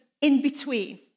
in-between